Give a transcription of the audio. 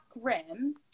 rim